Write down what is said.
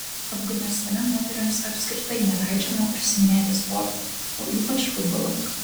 afganistane moterims apskritai neleidžiama užsiiminėti sportu o ypač futbolu